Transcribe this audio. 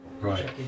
Right